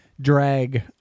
drag